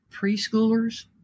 preschoolers